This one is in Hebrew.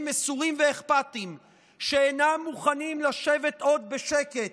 מסורים ואכפתיים שאינם מוכנים לשבת עוד בשקט